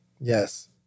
Yes